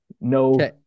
no